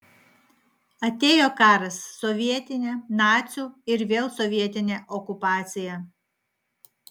atėjo karas sovietinė nacių ir vėl sovietinė okupacija